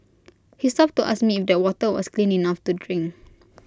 he stopped to ask me if that water was clean enough to drink